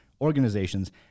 organizations